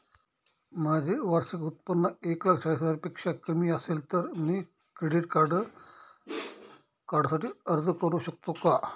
माझे वार्षिक उत्त्पन्न एक लाख चाळीस हजार पेक्षा कमी असेल तर मी क्रेडिट कार्डसाठी अर्ज करु शकतो का?